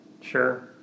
Sure